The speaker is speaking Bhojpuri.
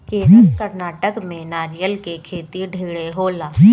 केरल, कर्नाटक में नारियल के खेती ढेरे होला